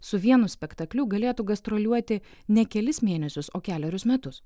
su vienu spektakliu galėtų gastroliuoti ne kelis mėnesius o kelerius metus